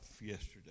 yesterday